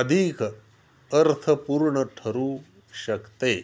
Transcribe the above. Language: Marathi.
अधिक अर्थपूर्ण ठरू शकते